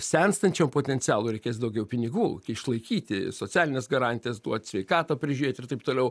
senstančiam potencialui reikės daugiau pinigų išlaikyti socialines garantijas duot sveikatą prižiūrėt ir taip toliau